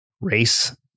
race